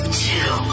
two